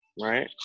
Right